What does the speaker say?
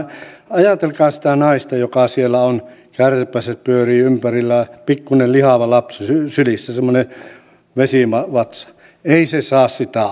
ajatelkaa sitä naista joka siellä on kärpäset pyörivät ympärillä pikkuinen lihava lapsi sylissä semmoinen vesivatsa ei se saa sitä